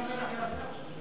מה יעשה ים-המלח עכשיו?